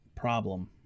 problem